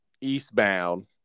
eastbound